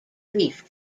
reef